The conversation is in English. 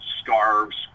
scarves